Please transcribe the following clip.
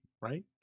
right